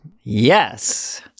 Yes